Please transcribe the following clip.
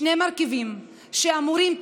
שני מרכיבים שאמורים,